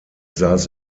saß